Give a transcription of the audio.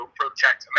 protect